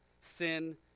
sin